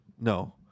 No